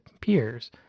peers